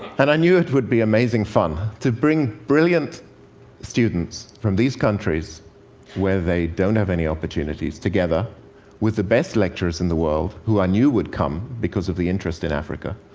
and i knew it would be amazing fun to bring brilliant students from these countries where they don't have any opportunities together with the best lecturers in the world who i knew would come, because of the interest in africa